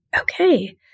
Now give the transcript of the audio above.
Okay